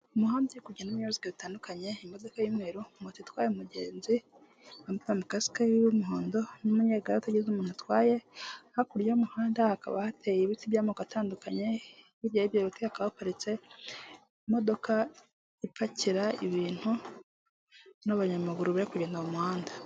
Umuhanda uri kugendamo ibinyabiziga bitandukanye imodoka y'umweru, moto itwaye umugenzi bambaye amakasike y'umuhondo n'umunyegare utagize umuntu atwaye, hakurya y'umuhanda hakaba hateye ibiti by'amoko atandukanye, hirya y'ibyo biti hakaba haparitse imodoka ipakira ibintu n'abanyamaguru bari kugenda mu muhanda.